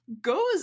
goes